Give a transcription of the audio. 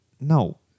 No